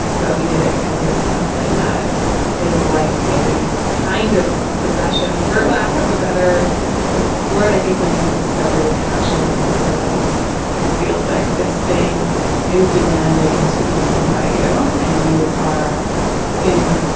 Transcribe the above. but we did it because it's something that is like a kind of possession for lack of a better word. i think when you discover your passion or your purpose it feels like this thing is demanding to be known by you and you are in.